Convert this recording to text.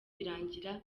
birangira